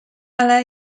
ale